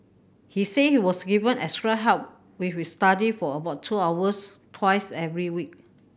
he said he was given extra help with his study for about two hours twice every week